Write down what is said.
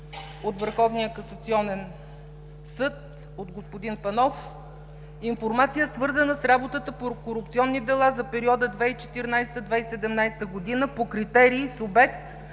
от Върховния касационен съд, от господин Панов – информация, свързана с работата по корупционни дела за периода 2014 – 2017 г. по критерий субект,